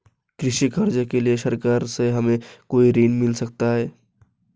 कृषि कार्य के लिए सरकार से हमें कोई ऋण मिल सकता है?